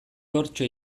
hortxe